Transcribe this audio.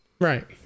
Right